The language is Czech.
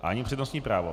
Ani přednostní právo.